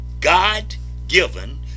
God-given